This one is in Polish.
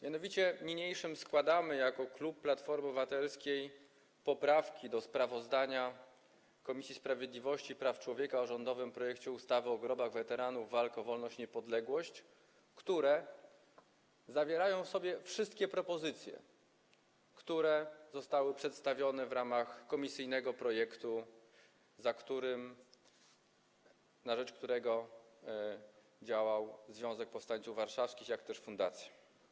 Mianowicie niniejszym składamy jako klub Platforma Obywatelska poprawki do sprawozdania Komisji Sprawiedliwości i Praw Człowieka o rządowym projekcie ustawy o grobach weteranów walk o wolność i niepodległość, które zawierają w sobie wszystkie propozycje, które zostały przedstawione w ramach komisyjnego projektu, na rzecz którego działał Związek Powstańców Warszawskich, jak również fundacja.